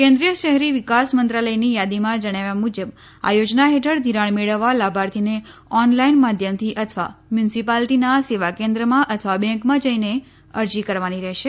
કેન્દ્રિય શહેરી વિકાસ મંત્રાલયની યાદીમાં જણાવ્યા મુજબ આ યોજના હેઠળ ઘિરાણ મેળવવા લાભાર્થીને ઓનલાઈન માધ્યમથી અથવા મ્યુનીસીપાલીટીના સેવા કેન્દ્રમાં અથવા બેંકમાં જઈને અરજી કરવાની રહેશે